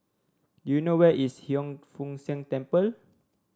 do you know where is Hiang Foo Siang Temple